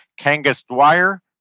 Kangas-Dwyer